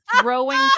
throwing